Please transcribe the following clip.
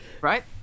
right